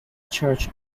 church